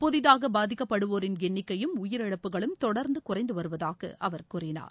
புதிதாகபாதிக்கப்படுவோரின் எண்ணிக்கையும் உயிரிழப்புகளும் தொடர்ந்தகுறைந்துவருவதாகஅவர் கூறினார்